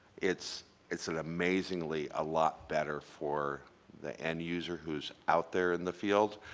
it's it's an amazingly a lot better for the end user who's out there in the field.